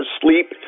sleep